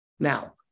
Now